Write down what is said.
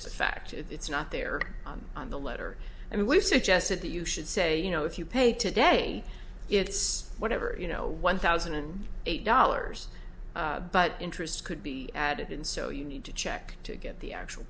just a fact it's not there on the letter i mean we've suggested that you should say you know if you pay today it's whatever you know one thousand and eight dollars but interest could be added in so you need to check to get the actual